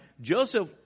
Joseph